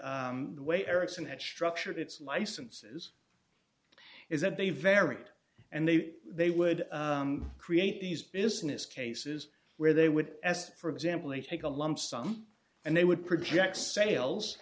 the way ericsson had structured its licenses is that they varied and they they would create these business cases where they would as for example they take a lump sum and they would project